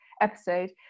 episode